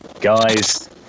Guys